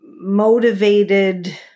motivated